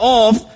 off